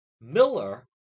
Miller